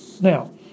Now